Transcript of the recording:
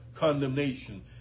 Condemnation